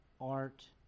art